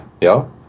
ja